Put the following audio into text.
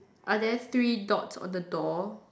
are there three dots on the door